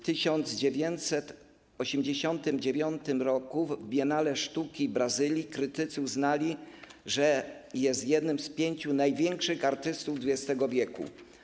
W 1989 r. Biennale Sztuki Brazylii krytycy uznali, że jest jednym z pięciu największych artystów XX w.